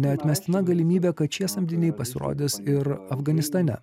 neatmestina galimybė kad šie samdiniai pasirodys ir afganistane